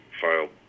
filed